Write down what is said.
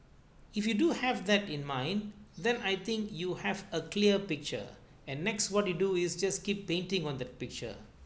if you do have that in mind then I think you have a clear picture and next what you do is just keep painting on the picture